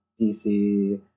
DC